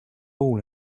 ball